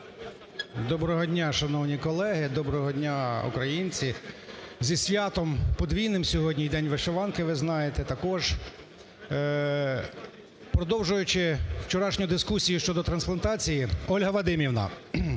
Доброго дня, шановні колеги. Доброго дня, українці. Зі святом подвійним: сьогодні і День вишиванки, ви знаєте, також. Продовжуючи вчорашню дискусію щодо трансплантації, Ольга Вадимівна,